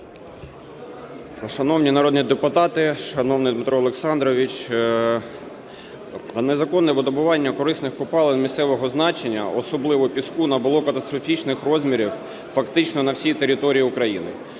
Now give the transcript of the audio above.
Шановні народні депутати! Шановний Дмитро Олександрович! Незаконне видобування корисних копалин місцевого значення, особливо піску, набуло катастрофічних розмірів фактично на всій території України.